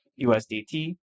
USDT